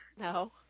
No